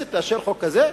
והכנסת תאשר חוק כזה?